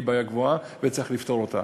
היא בעיה גדולה וצריך לפתור אותה.